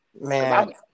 Man